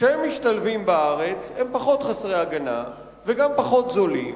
כשהם משתלבים בארץ הם פחות חסרי הגנה, פחות זולים,